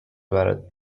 برات